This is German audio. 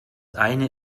eine